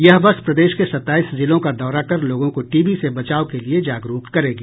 ये बस प्रदेश के सत्ताईस जिलों का दौरा कर लोगों को टीबी से बचाव के लिए जागरूक करेगी